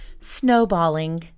snowballing